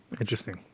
Interesting